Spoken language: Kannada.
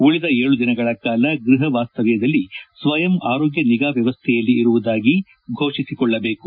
ಉಳಿದ ಏಳು ದಿನಗಳ ಕಾಲ ಗೃಹ ವಾಸ್ತವ್ಯದಲ್ಲಿ ಸ್ವಯಂ ಆರೋಗ್ಯ ನಿಗಾ ವ್ಯವಸ್ಥೆಯಲ್ಲಿ ಇರುವುದಾಗಿ ಘೋಷಿಸಿಕೊಳ್ಳಬೇಕು